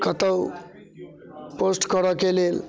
आओर कतहु पोस्ट करयके लेल